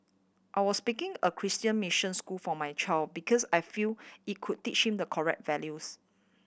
I was picking a Christian mission school for my child because I feel it could teach him the correct values